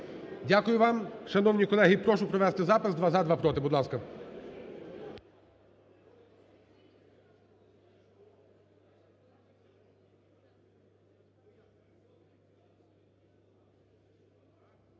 Дякую вам. Шановні колеги, прошу провести запис: два – "за", два – "проти". Будь ласка.